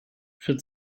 für